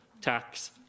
tax